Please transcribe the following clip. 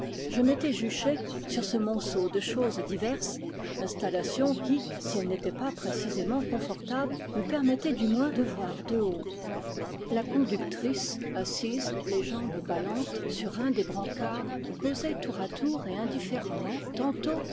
je m'étais juché sur ce monceau de choses diverses installation qui si elle n'était pas précisément confortable me permettait du moins de voir de haut la conductrice assise les jambes ballantes sur un des brancards causait tour à tour et indifféremment tantôt